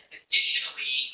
additionally